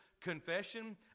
confession